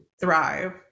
thrive